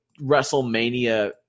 WrestleMania